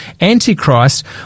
Antichrist